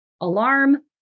alarm